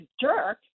jerk